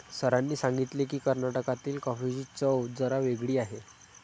सरांनी सांगितले की, कर्नाटकातील कॉफीची चव जरा वेगळी आहे